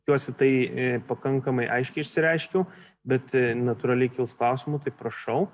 tikiuosi tai pakankamai aiškiai išsireiškiau bet natūraliai kils klausimų tai prašau